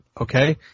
okay